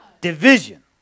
division